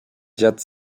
dziad